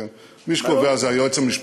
מי שקובע זה היועץ המשפטי,